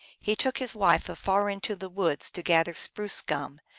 he took his wife afar into the woods to gather spruce-gum,